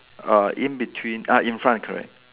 err in between ah in front correct